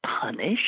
punished